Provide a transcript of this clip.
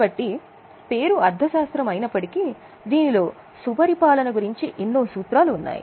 కాబట్టి పేరు అర్ధశాస్త్రం అయినప్పటికీ దీనిలో సుపరిపాలన గురించి ఎన్నో సూత్రాలు ఉన్నాయి